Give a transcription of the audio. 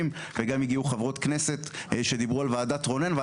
וגם הגיעו חברות כנסת שדיברו על ועדת רונן,